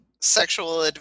Sexual